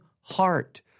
heart